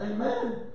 Amen